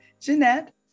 Jeanette